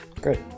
Great